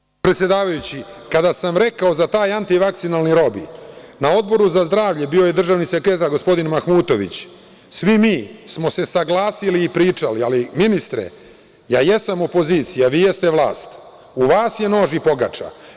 Poštovani predsedavajući, kada sam rekao za taj antivakcinalni lobi, na Odboru za zdravlje, bio je državni sekretar, gospodin Mahmutović, svi mi smo se saglasili i pričali, ali, ministre, ja jesam opozicija, vi jeste vlast, u vas je nož i pogača.